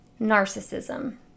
narcissism